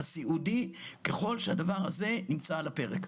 הסיעודי ככל שהדבר הזה נמצא על הפרק.